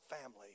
family